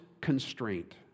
constraint